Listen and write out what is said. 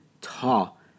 tall